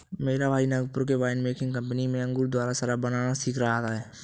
मेरा भाई नागपुर के वाइन मेकिंग कंपनी में अंगूर द्वारा शराब बनाना सीख रहा है